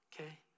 okay